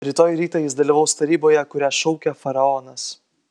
rytoj rytą jis dalyvaus taryboje kurią šaukia faraonas